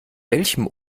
welchem